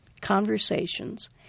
conversations